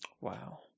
Wow